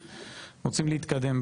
זה לא פתרון אופטימלי.